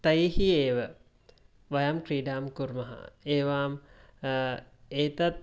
तैः एव वयं क्रीडां कुर्मः एवम् एतत्